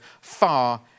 far